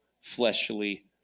fleshly